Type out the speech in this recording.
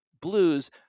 Blues